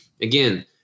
Again